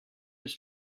his